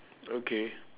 okay